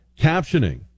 captioning